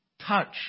touch